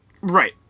Right